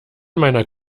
meiner